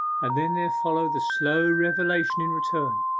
and then there followed the slow revelation in return,